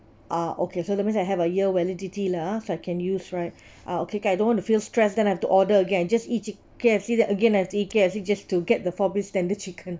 ah okay so that means I have a year validity lah ah so I can use right uh okay can I don't want to feel stress then I have to order again I just eat chi~ K_F_C then again I have to eat K_F_C just to get the four piece tender chicken